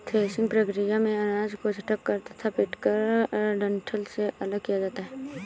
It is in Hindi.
थ्रेसिंग प्रक्रिया में अनाज को झटक कर तथा पीटकर डंठल से अलग किया जाता है